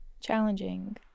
challenging